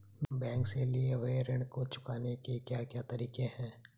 Bank से लिए हुए ऋण को चुकाने के क्या क्या तरीके हैं?